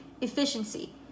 efficiency